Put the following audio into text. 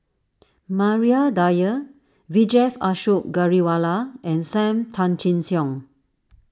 Maria Dyer Vijesh Ashok Ghariwala and Sam Tan Chin Siong